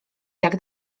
jak